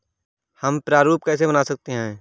हम प्रारूप कैसे बना सकते हैं?